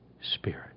Spirit